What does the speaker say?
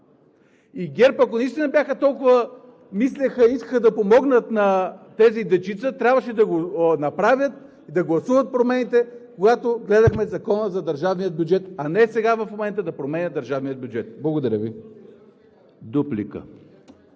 и ГЕРБ, ако наистина искаха да помогнат толкова на тези дечица, трябваше да го направят и да гласуват промените, когато гледахме Закона за държавния бюджет, а не сега в момента да променят държавния бюджет? Благодаря Ви.